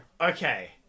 Okay